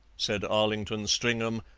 said arlington stringham,